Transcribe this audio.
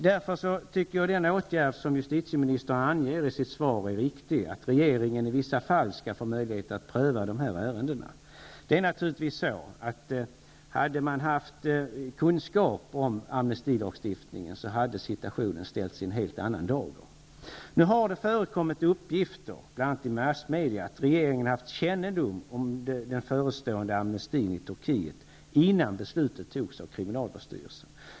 Jag tycker att den åtgärd som justitieministern anger i sitt svar är riktig, dvs. att regeringen i vissa fall skall få möjlighet att pröva dessa ärenden. Hade man i detta fall haft kunskap om amnestilagstiftningen skulle naturligtvis situationen ställts i en helt annan dager. Nu har det förekommit uppgifter bl.a. i massmedia att regeringen haft kännedom om den förestående amnestin i Turkiet innan beslutet fattades av kriminalvårdsstyrelsen.